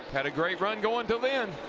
had a great run going until then.